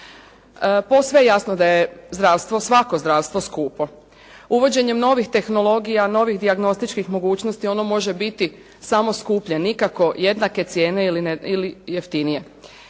Posve je jasno da je zdravstvo, svako zdravstvo skupo. Uvođenjem novih tehnologija, novih dijagnostičkih mogućnosti ono može biti samo skuplje, nikako jednake cijene ili jeftinije.